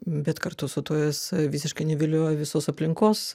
bet kartu su tuo jis visiškai nevilioja visos aplinkos